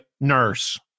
nurse